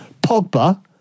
Pogba